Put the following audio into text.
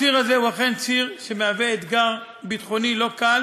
הציר הזה הוא אכן אתגר ביטחוני לא קל